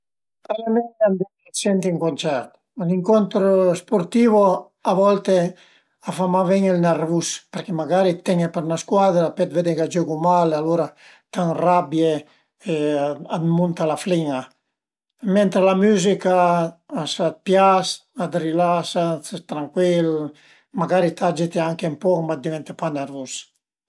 Al e mei andé senti ün concerto, ün incontro sportivo a volte a fa mach ven-i ël nërvus perché magari ten-e për 'na scuadra e pöi vëde ch'a giögu mal e alura t'ënrabie a t'munta la flin-a, mentre la müzica s'a t'pias a t'rilasa, ses trancuil, magari t'agite anche ën poch, ma divente pa nërvus